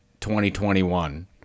2021